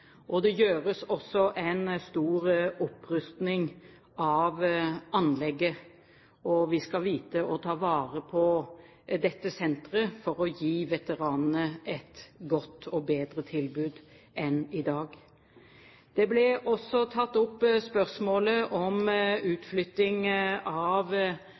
Det foretas også en stor opprustning av anlegget. Vi skal vite å ta vare på dette senteret for å gi veteranene et godt og bedre tilbud enn i dag. Spørsmålet om utflytting av generalinspektøren for Heimevernet til Terningmoen ble også tatt opp.